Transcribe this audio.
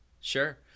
Sure